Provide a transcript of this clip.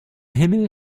himmel